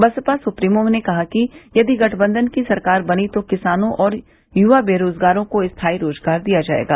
Baspa supremo ने कहा कि यदि गठबंधन की सरकार बनी तो किसानों और युवा बेरोजगारों को स्थाई रोजगार दिया जायेगा